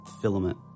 filament